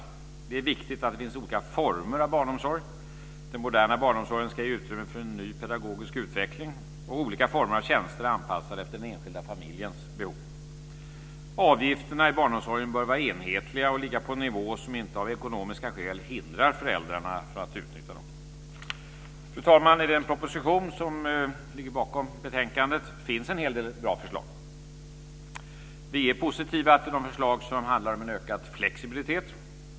Det är viktigt att det finns olika former av barnomsorg. Den moderna barnomsorgen ska ge utrymme för en ny pedagogisk utveckling och olika former av tjänster anpassade efter den enskilda familjens behov. Avgifterna i barnomsorgen bör vara enhetliga och ligga på en nivå som inte av ekonomiska skäl hindrar föräldrarna från att utnyttja dem. Fru talman! I den proposition som ligger bakom betänkandet finns en hel del bra förslag. Vi är positiva till de förslag som handlar om en ökad flexibilitet.